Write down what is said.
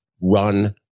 run